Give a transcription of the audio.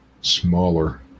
smaller